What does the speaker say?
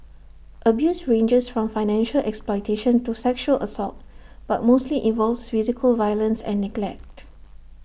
abuse ranges from financial exploitation to sexual assault but mostly involves physical violence and neglect